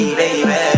baby